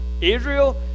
Israel